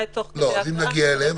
גם לא את חייבי הבידוד.